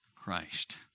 Christ